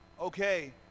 Okay